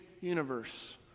universe